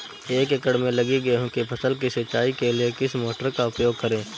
एक एकड़ में लगी गेहूँ की फसल की सिंचाई के लिए किस मोटर का उपयोग करें?